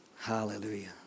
Hallelujah